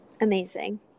Amazing